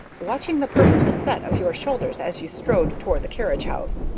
watching the purposeful set of your shoulders as you strode toward the carriage house,